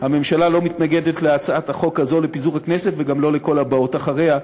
הממשלה לא מתנגדת להצעת החוק הזו לפיזור הכנסת וגם לא לכל הבאות אחריה.